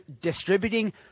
distributing